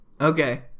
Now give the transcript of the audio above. Okay